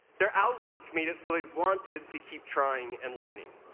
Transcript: their outlook made it so they wanted to keep trying and learning.